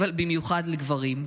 אבל במיוחד לגברים.